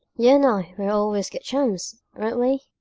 you and i were always good chums, weren't we?